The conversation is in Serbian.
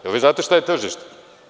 Da li vi znate šta je tržište?